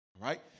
Right